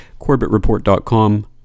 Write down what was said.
corbettreport.com